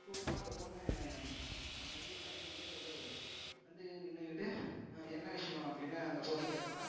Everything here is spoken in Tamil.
கூப்பிடோன்ன அந்த பொண்ணு இந்த மாதிரி பயந்துக்கிட்டே வெளில வருது வந்து நின்றுக்கிட்டு என்ன விஷயோம் அப்படின்னு அந்த பொண்ணு கேட்டோன்னா